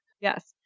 Yes